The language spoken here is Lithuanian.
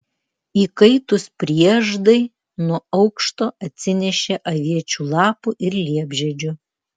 įkaitus prieždai nuo aukšto atsinešė aviečių lapų ir liepžiedžių